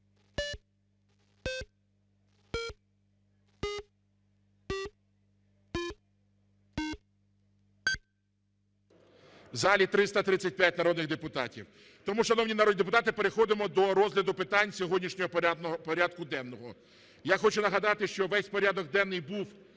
залі 335 народних депутатів. Тому, шановні народні депутати, переходимо до розгляду питань сьогоднішнього порядку денного. Я хочу нагадати, що весь порядок денний був